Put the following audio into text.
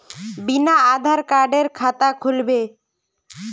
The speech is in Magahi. बिना आधार कार्डेर खाता खुल बे?